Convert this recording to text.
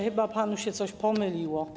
Chyba panu się coś pomyliło.